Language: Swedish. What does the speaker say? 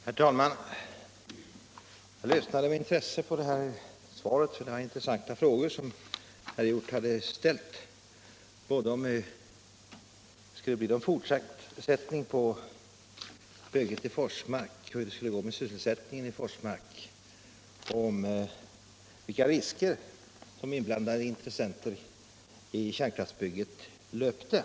Herr talman! Jag lyssnade med intresse på svaret. Det var intressanta frågor som herr Hjorth hade ställt, om det skulle bli någon fortsättning på bygget i Forsmark och hur det skulle gå med sysselsättningen i Forsmark och om vilka risker de inblandade intressenterna i kärnkraftsbygget löpte.